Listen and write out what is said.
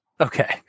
okay